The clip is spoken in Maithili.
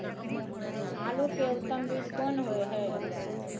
आलू के उत्तम बीज कोन होय है?